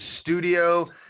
studio